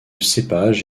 cépage